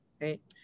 right